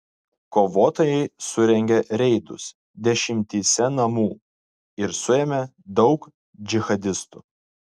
kovotojai surengė reidus dešimtyse namų ir suėmė daug džihadistų